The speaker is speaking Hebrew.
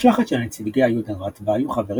משלחת של נציגי היודנראט בה היו חברים